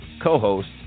co-host